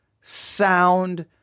sound